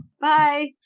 Bye